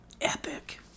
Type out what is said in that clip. Epic